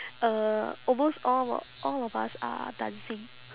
uh almost all of all of us are dancing